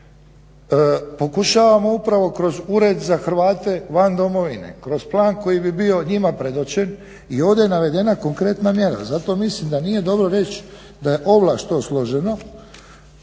Pokušavamo upravo kroz ured za Hrvate van domovine, kroz plan koji bi bio njima predočen i ovdje je navedena konkretna mjera zato mislim da nije dobro reći da je ovlast to složeno